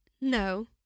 No